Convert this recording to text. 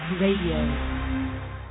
Radio